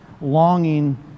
longing